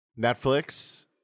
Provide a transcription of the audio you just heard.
Netflix